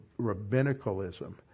rabbinicalism